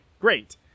great